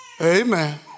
Amen